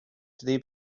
today